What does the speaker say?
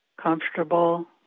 comfortable